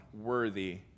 worthy